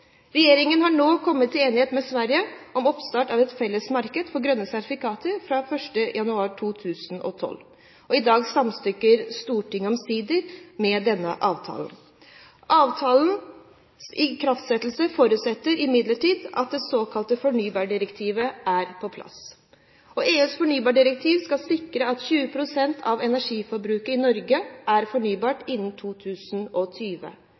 Regjeringen har nå kommet til enighet med Sverige om oppstart av et felles marked for grønne sertifikater fra 1. januar 2012, og i dag samtykker Stortinget omsider i denne avtalen. Avtalens ikraftsettelse forutsetter imidlertid at det såkalte fornybardirektivet er på plass. EUs fornybardirektiv skal sikre at 20 pst. av energiforbruket i Norge er